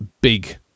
big